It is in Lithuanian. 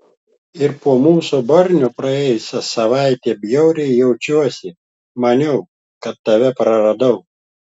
ir po mūsų barnio praėjusią savaitę bjauriai jaučiausi maniau kad tave praradau